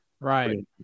Right